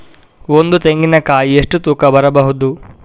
ಒಂದು ತೆಂಗಿನ ಕಾಯಿ ಎಷ್ಟು ತೂಕ ಬರಬಹುದು?